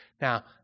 Now